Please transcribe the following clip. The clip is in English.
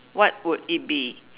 what would it be